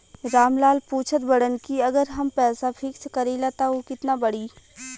राम लाल पूछत बड़न की अगर हम पैसा फिक्स करीला त ऊ कितना बड़ी?